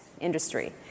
industry